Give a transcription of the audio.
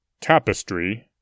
Tapestry